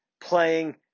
playing